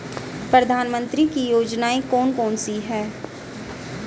प्रधानमंत्री की योजनाएं कौन कौन सी हैं?